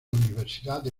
universidades